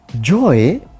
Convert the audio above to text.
Joy